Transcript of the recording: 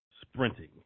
sprinting